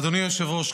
אדוני היושב-ראש,